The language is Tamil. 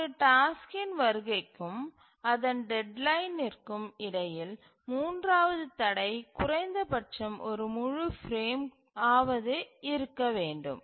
ஒரு டாஸ்க்கின் வருகைக்கும் அதன் டெட்லைன் விற்கும் இடையில் மூன்றாவது தடை குறைந்தபட்சம் ஒரு முழு பிரேம் கத்திலாவது இருக்க வேண்டும்